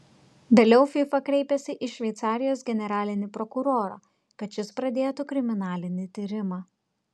vėliau fifa kreipėsi į šveicarijos generalinį prokurorą kad šis pradėtų kriminalinį tyrimą